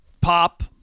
Pop